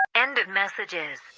end of messages